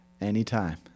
anytime